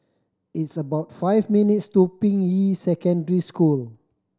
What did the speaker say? it's about five minutes' to Ping Yi Secondary School